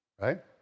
right